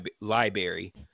library